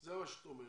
זה מה שאת אומרת,